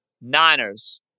Niners